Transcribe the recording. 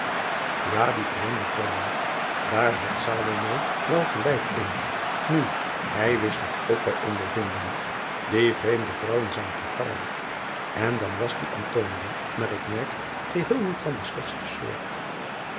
a die vreemde vrouwen daar had wel gelijk in nu hij wist het ook bij ondervinding die vreemde vrouwen zijn gevaarlijk en dan was die naar ik merk geheel niet van de slechtste soort